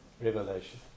Revelation